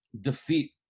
defeat